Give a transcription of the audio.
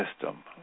system